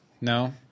No